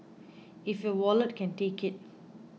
if your wallet can take it